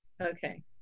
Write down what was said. okay